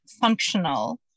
functional